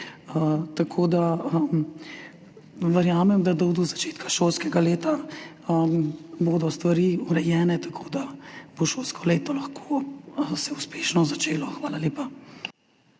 Tako da verjamem, da bodo do začetka šolskega leta stvari urejene tako, da se bo šolsko leto lahko uspešno začelo. Hvala lepa.